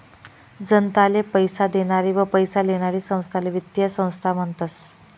जनताले पैसा देनारी व पैसा लेनारी संस्थाले वित्तीय संस्था म्हनतस